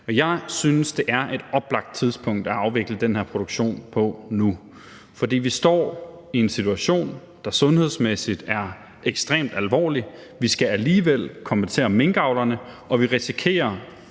Jeg synes, det nu er et oplagt tidspunkt at afvikle den her produktion, for vi står i en situation, der sundhedsmæssigt er ekstremt alvorlig, vi skal alligevel kompensere minkavlerne, og vi risikerer